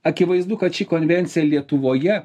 akivaizdu kad ši konvencija lietuvoje